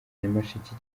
nyamasheke